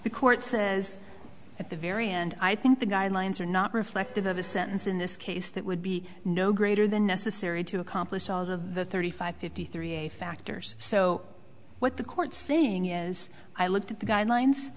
the court says at the very end i think the guidelines are not reflective of a sentence in this case that would be no greater than necessary to accomplish the thirty five fifty three a factors so what the court saying is i looked at the guidelines